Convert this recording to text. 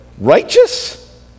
Righteous